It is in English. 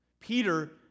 Peter